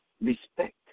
respect